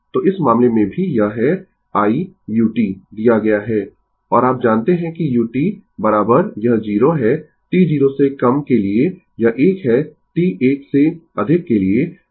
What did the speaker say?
तो इस मामले में भी यह है i u t दिया गया है और आप जानते है कि u यह 0 है t 0 से कम के लिए यह 1 है t 1 से अधिक के लिए